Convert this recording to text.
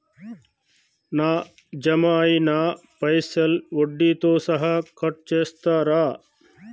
నా జమ అయినా పైసల్ వడ్డీతో సహా కట్ చేస్తరా?